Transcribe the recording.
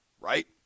right